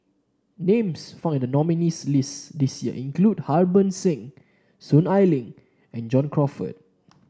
names found in the nominees' list this year include Harbans Singh Soon Ai Ling and John Crawfurd